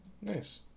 Nice